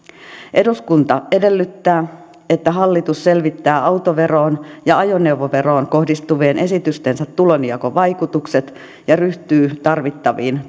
eduskunta edellyttää että hallitus selvittää autoveroon ja ajoneuvoveroon kohdistuvien esitystensä tulonjakovaikutukset ja ryhtyy tarvittaviin